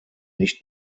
nicht